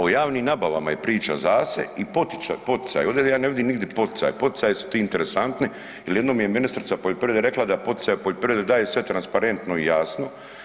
O javnim nabavama je priča za se i poticaj, ovdi ja ne vidi nigdi poticaj, poticaji su ti interesantni jel jednom je ministrica poljoprivrede rekla da poticaji u poljoprivredi daje sve transparentno i jasno.